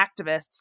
activists